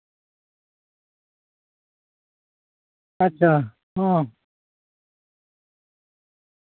ᱟᱪᱪᱷᱟ ᱦᱚᱸ